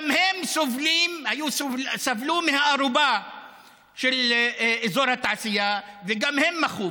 גם הם סבלו מהארובה של אזור התעשייה, וגם הם מחו.